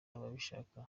ababishaka